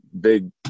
big